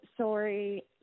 sorry